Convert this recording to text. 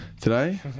today